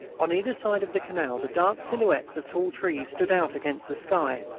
on either side of the canal the dark silhouettes of tall trees stood out against the sky.